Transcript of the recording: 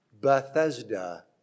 Bethesda